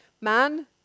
Man